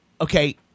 Okay